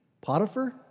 Potiphar